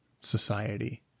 society